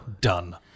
done